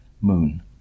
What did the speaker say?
moon